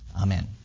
Amen